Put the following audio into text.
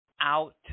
out